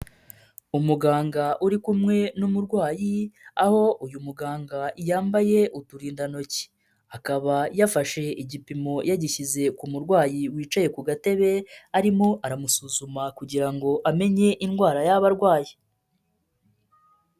Umuganga uri kumwe n'umurwayi aho uyu muganga yambaye uturindantoki, akaba yafashe igipimo yagishyize ku murwayi wicaye ku gatebe, arimo aramusuzuma kugira ngo amenye indwara arwaye.